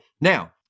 Now